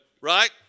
Right